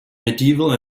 medieval